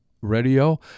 Radio